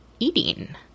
eating